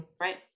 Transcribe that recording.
Right